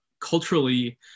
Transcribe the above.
culturally